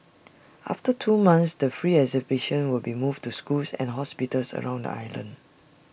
after two months the free exhibition will be moved to schools and hospitals around the island